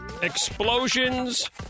Explosions